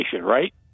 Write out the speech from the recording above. right